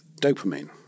dopamine